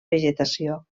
vegetació